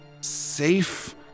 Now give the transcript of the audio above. safe